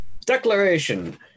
declaration